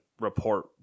report